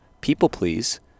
people-please